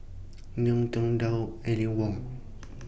Ngiam Tong Dow Aline Wong